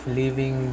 living